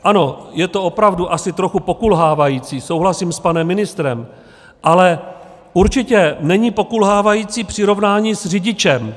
Ano, je to opravdu asi trochu pokulhávající, souhlasím s panem ministrem, ale určitě není pokulhávající přirovnání s řidičem.